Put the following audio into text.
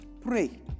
pray